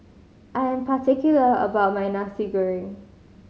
I am particular about my Nasi Goreng